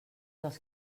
dels